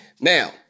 now